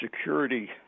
security